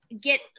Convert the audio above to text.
get